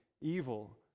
evil